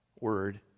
word